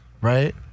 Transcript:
right